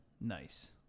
nice